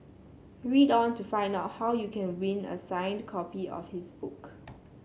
read on to find out how you can win a signed copy of his book